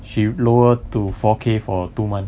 she lower to four K for two month